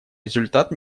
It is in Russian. результат